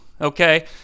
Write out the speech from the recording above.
okay